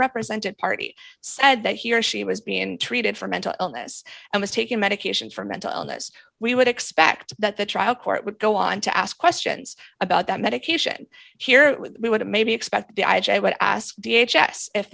represented party said that he or she was being treated for mental illness and was taking medication for mental illness we would expect that the trial court would go on to ask questions about that medication here we would maybe expect the i j a would ask